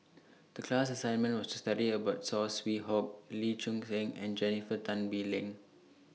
The class assignment was to study about Saw Swee Hock Lee Choon Seng and Jennifer Tan Bee Leng